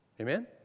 Amen